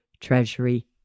treasury